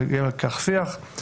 נקיים על כך שיח,